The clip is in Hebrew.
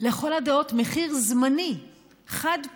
לכל הדעות מחיר זמני חד-פעמי,